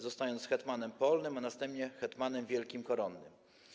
Został hetmanem polnym, a następnie hetmanem wielkim koronnym.